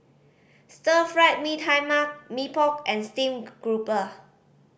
Stir Fried Mee Tai Mak Mee Pok and steamed grouper